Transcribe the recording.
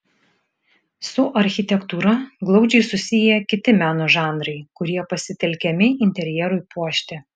su architektūra glaudžiai susiję kiti meno žanrai kurie pasitelkiami interjerui puošti